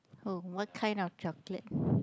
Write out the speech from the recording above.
oh what kind of chocolate